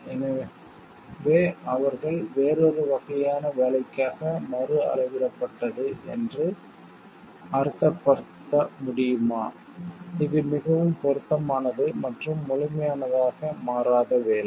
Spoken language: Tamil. எனவே அவர்கள் வேறொரு வகையான வேலைக்காக மறுஅளவிடப்பட்டது என்று அர்த்தப்படுத்த முடியுமா இது மிகவும் பொருத்தமானது மற்றும் முழுமையானதாக மாறாத வேலை